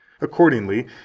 Accordingly